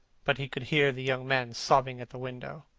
but he could hear the young man sobbing at the window.